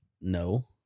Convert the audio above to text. No